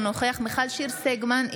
אינו נוכח מיכל שיר סגמן,